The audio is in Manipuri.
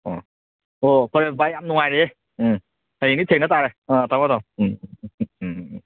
ꯑꯣ ꯑꯣ ꯐꯔꯦ ꯚꯥꯏ ꯌꯥꯝ ꯅꯨꯡꯉꯥꯏꯔꯦꯍꯦ ꯎꯝ ꯍꯌꯦꯡꯗꯤ ꯊꯦꯡꯅ ꯇꯥꯔꯦ ꯎꯝ ꯊꯝꯃꯣ ꯊꯝꯃꯣ ꯎꯝ ꯎꯝ